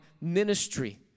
ministry